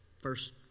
first